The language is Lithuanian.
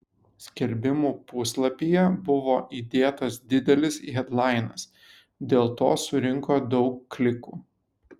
skelbimų puslapyje buvo įdėtas didelis hedlainas dėl to surinko daug klikų